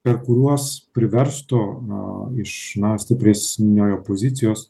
per kuriuos priverstų na iš na stipresniojo pozicijos